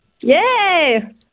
Yay